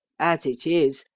as it is,